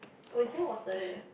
was there water there